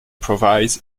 provides